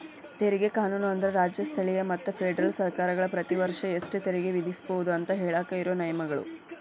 ತೆರಿಗೆ ಕಾನೂನು ಅಂದ್ರ ರಾಜ್ಯ ಸ್ಥಳೇಯ ಮತ್ತ ಫೆಡರಲ್ ಸರ್ಕಾರಗಳ ಪ್ರತಿ ವರ್ಷ ಎಷ್ಟ ತೆರಿಗೆ ವಿಧಿಸಬೋದು ಅಂತ ಹೇಳಾಕ ಇರೋ ನಿಯಮಗಳ